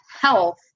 health